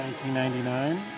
1999